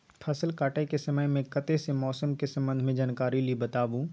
फसल काटय के समय मे कत्ते सॅ मौसम के संबंध मे जानकारी ली बताबू?